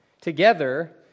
together